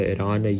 Iran